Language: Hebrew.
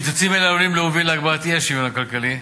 קיצוצים אלו עלולים להוביל להגברת האי-שוויון הכלכלי.